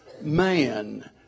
man